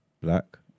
black